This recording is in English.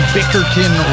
Bickerton